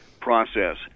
process